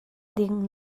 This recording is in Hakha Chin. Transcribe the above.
ding